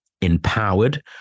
empowered